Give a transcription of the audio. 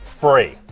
free